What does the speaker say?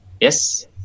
yes